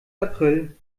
april